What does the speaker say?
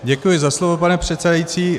Děkuji za slovo, pane předsedající.